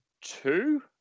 Two